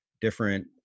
different